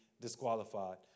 disqualified